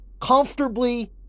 comfortably